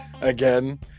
again